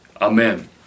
Amen